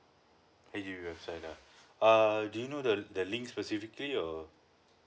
H_D_B website ah err do you know the the links specifically or